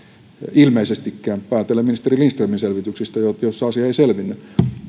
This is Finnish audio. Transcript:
ilmeisestikään päätellen ministeri lindströmin selvityksistä joista asia ei selvinnyt